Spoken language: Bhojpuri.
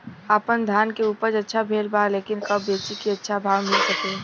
आपनधान के उपज अच्छा भेल बा लेकिन कब बेची कि अच्छा भाव मिल सके?